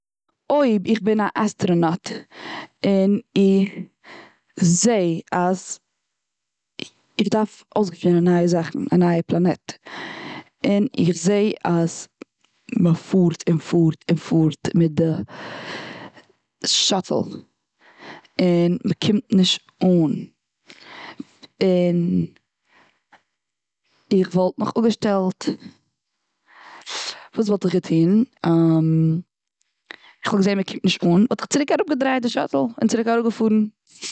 אויב איך בין א אסטראנאט. און איך זעה אז איך דארף אויס געפינען נייע זאכן, א נייע פלאנעט. און איך זעה אז מ'פארט, און פארט, און פארט, מיט די שאטל. און מ'קומט נישט אן. און איך וואלט מיך אפ געשטעלט. ואס וואלט איך געטון? כ'וואלט געזען מ'קומט נישט אן. וואלט איך צוריק אראפ געדרייט די שאטעל. און צוריק אראפ געפארן.